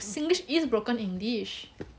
singlish is broken english